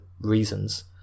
reasons